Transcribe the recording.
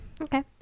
Okay